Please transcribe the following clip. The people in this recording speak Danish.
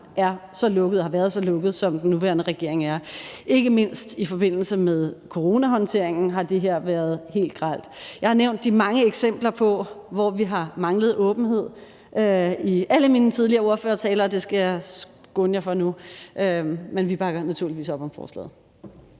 er så lukket og har været så lukket, som den nuværende regering har været. Ikke mindst i forbindelse med coronahåndteringen har det her været helt grelt. Jeg har nævnt de mange eksempler, hvor vi har manglet åbenhed, i alle mine tidligere ordførertaler, og det skal jeg skåne jer for nu. Men vi bakker naturligvis op om forslaget.